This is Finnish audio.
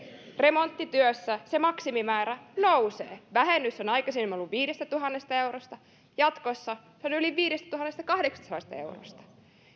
remonttityössä se maksimimäärä nousee vähennys on aikaisemmin ollut viidestätuhannesta eurosta jatkossa se on yli viidestätuhannestakahdeksastasadasta eurosta